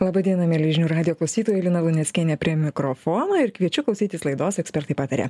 laba diena mieli žinių radijo klausytojai lina luneckienė prie mikrofono ir kviečiu klausytis laidos ekspertai pataria